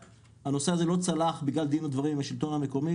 הנושא הזה לא צלח בגלל דין ודברים עם השלטון המקומי,